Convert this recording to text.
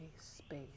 space